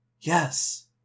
Yes